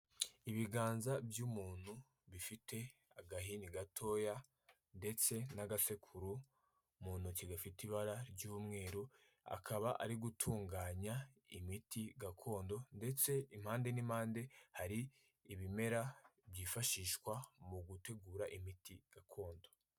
Ibiganza by'umuntu bifite agahini gatoya ndetse n'agasekuru mu ntoki gafite ibara ry'umweru, akaba ari gutunganya imiti gakondo ndetse impande n'impande hari ibimera byifashishwa mu gutegura imiti gakondo.